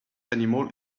animal